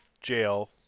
jail